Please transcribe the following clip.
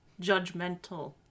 judgmental